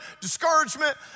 discouragement